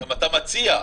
בבקשה.